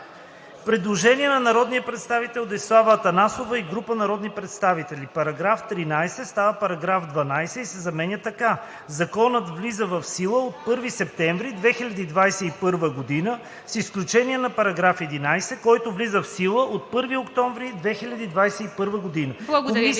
Предложение на народния представител Десислава Атанасова и група народни представители: „§ 13 става § 12 и се заменя така: „Законът влиза в сила от 1 септември 2021 г. с изключение на § 11, който влиза в сила от 1 октомври 2021 г.“ Комисията